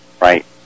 Right